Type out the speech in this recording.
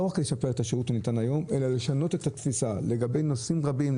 לא רק לשפר את השירות הניתן היום אלא לשנות את התפיסה לגבי נושאים רבים,